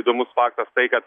įdomus faktas tai kad